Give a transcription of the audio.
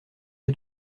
que